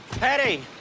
patty!